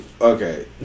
Okay